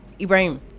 Ibrahim